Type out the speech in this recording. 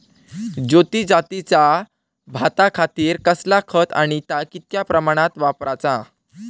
ज्योती जातीच्या भाताखातीर कसला खत आणि ता कितक्या प्रमाणात वापराचा?